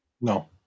No